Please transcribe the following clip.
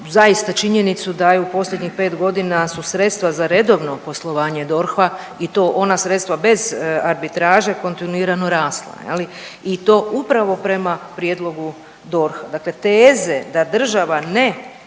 zaista činjenicu da je u posljednjih pet godina su sredstva za redovno poslovanje DORH-a i to ona sredstva bez arbitraže kontinuirano rasla je li i to upravo prema prijedlogu DORH-a, dakle teze da država ne